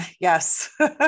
yes